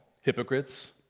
Hypocrites